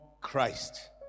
Christ